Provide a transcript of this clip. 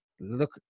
look